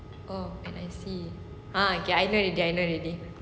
oh and I see ah I know already I know already